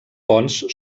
ponts